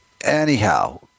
anyhow